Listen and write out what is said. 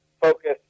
focus